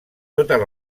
totes